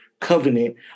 covenant